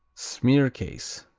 smearcase